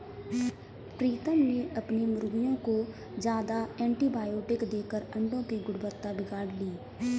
प्रीतम ने अपने मुर्गियों को ज्यादा एंटीबायोटिक देकर अंडो की गुणवत्ता बिगाड़ ली